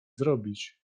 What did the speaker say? zrobić